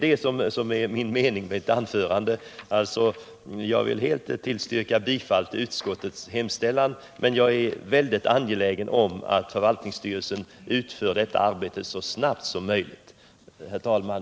Avsikten med mitt anförande var därför att betona angelägenheten av att förvaltningsstyrelsen utför detta arbete så snabbt som möjligt. Herr talman!